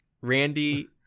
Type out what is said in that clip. Randy